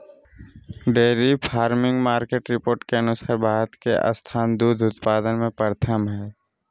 dairy farming market report के अनुसार भारत के स्थान दूध उत्पादन में प्रथम हय